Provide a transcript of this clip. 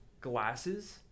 glasses